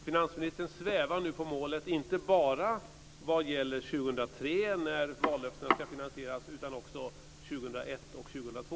Finansministern svävar nu på målet inte bara vad gäller 2003, när vallöftena ska finansieras, utan också vad gäller 2001 och 2002.